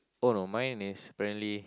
oh no mine is apparently